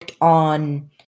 on